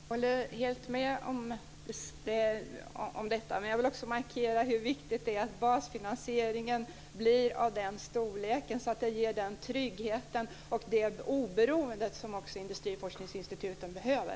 Fru talman! Jag håller helt med om detta. Jag vill också markera hur viktigt det är att basfinansieringen blir av den storleken att den ger den trygghet och det oberoende som industriforskningsinstituten behöver.